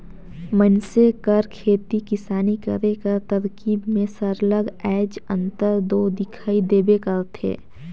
मइनसे कर खेती किसानी करे कर तरकीब में सरलग आएज अंतर दो दिखई देबे करथे